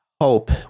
hope